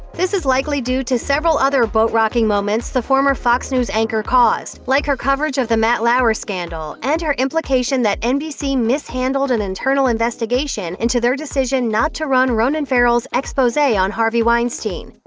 this is likely due to several other boat-rocking moments the former fox news anchor caused, like her coverage of the matt lauer scandal, and her implication that nbc mishandled an internal investigation into their decision not to run ronan farrow's expose on harvey weinstein.